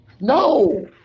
No